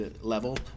level